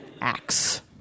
acts